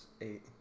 eight